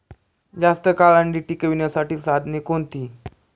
जास्त काळ अंडी टिकवण्यासाठी साधने कोणती?